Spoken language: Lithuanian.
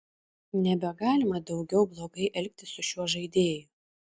nebegalima daugiau blogai elgtis su šiuo žaidėju